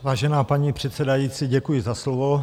Vážená paní předsedající, děkuji za slovo.